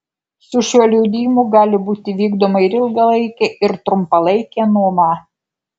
su šiuo liudijimu gali būti vykdoma ir ilgalaikė ir trumpalaikė nuoma